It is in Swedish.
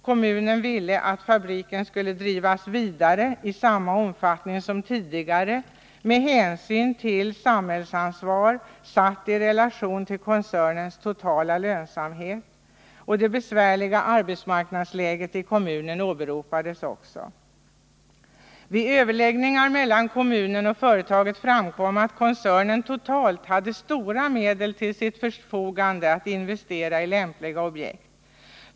Kommunen ville att fabriken skulle drivas vidare i samma omfattning som tidigare med hänsyn till samhällsansvaret, satt i relation till koncernens totala lönsamhet. Det besvärliga arbetsmarknadsläget i kommunen åberopades också. Vid överläggningar mellan kommunen och företaget framkom att koncernen totalt hade stora medel till sitt förfogande att investera i lämpliga objekt.